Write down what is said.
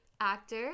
actor